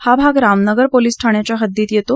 हा भाग रामनगर पोलीस ठाण्याच्या हद्दीत येतो